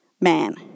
man